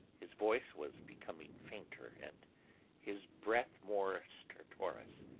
his voice was becoming fainter and his breath more stertorous.